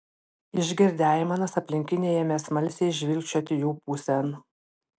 išgirdę aimanas aplinkiniai ėmė smalsiai žvilgčioti jų pusėn